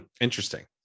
Interesting